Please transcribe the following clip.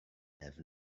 have